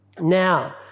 Now